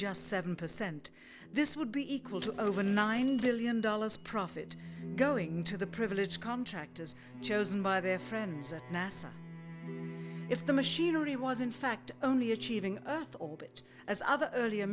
just seven percent this would be equal to over nine billion dollars profit going to the privilege contractors chosen by their friends at nasa if the machinery was in fact only achieving earth orbit as other earlier